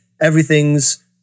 everything's